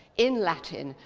in latin,